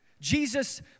Jesus